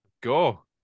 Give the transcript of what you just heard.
Go